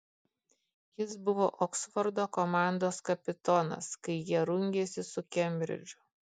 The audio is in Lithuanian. jis buvo oksfordo komandos kapitonas kai jie rungėsi su kembridžu